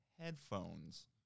headphones